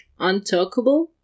untalkable